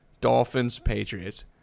Dolphins-Patriots